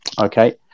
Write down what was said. okay